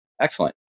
Excellent